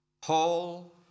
Paul